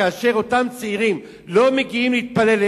כאשר אותם צעירים לא מגיעים להתפלל,